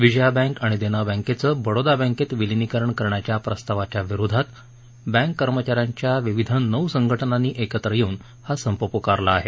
Vijaya bank आणि देना बँकेचं बडोदा बँकेत विलीनीकरण करण्याच्या प्रस्तावाच्या विरोधात बँक कर्मचाऱ्यांच्या विविध नऊ संघटनांनी एकत्र येऊन हा संप पुकारला आहे